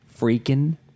Freaking